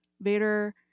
Vader